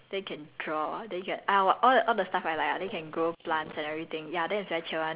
for okay multiple purpose lah so like you can sleep right then you can read books then you can draw then you can